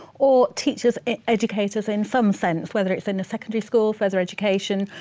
or teachers, educators in some sense, whether it's in a secondary school, further education.